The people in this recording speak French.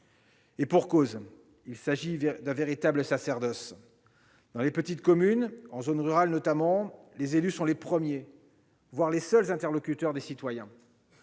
Et pour cause : il s'agit d'un véritable sacerdoce ! Dans les petites communes, en zone rurale notamment, les élus sont les premiers, voire les seuls interlocuteurs des citoyens.